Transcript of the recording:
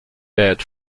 bed